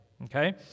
Okay